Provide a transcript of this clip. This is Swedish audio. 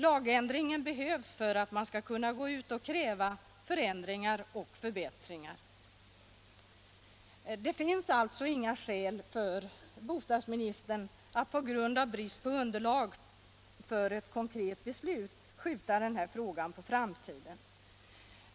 Lagändringen behövs för att man skall kunna gå ut och kräva förändringar och förbättringar. Det finns alltså inga skäl för bostadsministern att skjuta den här frågan på framtiden på grund av brist på underlag för ett konkret beslut.